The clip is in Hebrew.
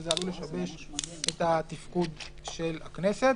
וזה עלול לשבש את התפקוד של הכנסת.